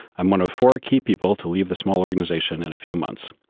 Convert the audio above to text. i'm one of four key people to leave the small organization in a few months.